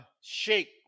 shake